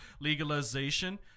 legalization